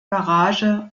garage